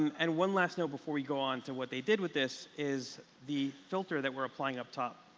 and one last note before we go on to what they did with this is the filter that we're applying up top.